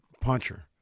puncher